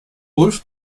ulf